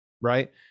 right